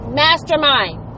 mastermind